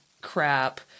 crap